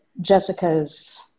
Jessica's